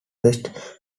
best